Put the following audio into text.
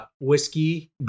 whiskey